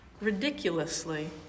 Ridiculously